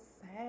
sad